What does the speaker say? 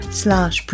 slash